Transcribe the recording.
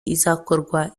izakorwa